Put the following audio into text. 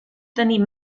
tenir